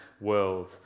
world